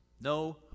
No